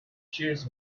cheers